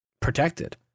protected